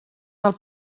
del